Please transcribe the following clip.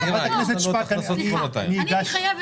שמרית, אני רוצה